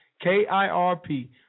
k-i-r-p